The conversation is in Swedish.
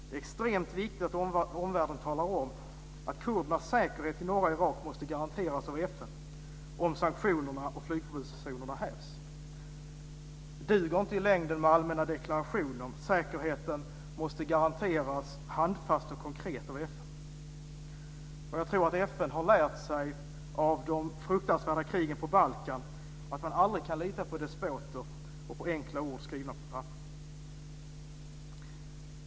Det är extremt viktigt att omvärlden talar om att kurdernas säkerhet i norra Irak måste garanteras av FN om sanktionerna och flygförbudszonerna hävs. Det duger inte i längden med allmänna deklarationer. Säkerheten måste garanteras handfast och konkret av FN. Jag tror att FN har lärt sig av de fruktansvärda krigen på Balkan att man aldrig kan lita på despoter och på enkla ord skrivna på papper.